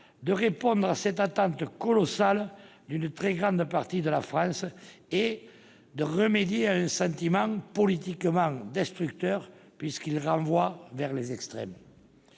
de répondre à cette attente colossale d'une très grande partie de la France, de remédier à un sentiment politiquement destructeur puisqu'il renvoie vers les extrêmes.